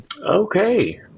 Okay